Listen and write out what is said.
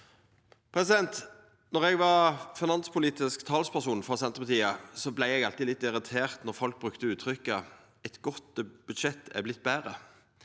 stad. Då eg var finanspolitisk talsperson for Senterpartiet, vart eg alltid litt irritert når folk brukte uttrykket «eit godt budsjett er vorte betre»,